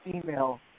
female